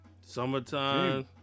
Summertime